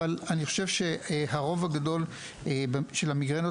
אבל אני חושב שהרוב הגדול של המיגרנות